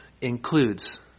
includes